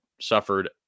suffered